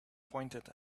pointed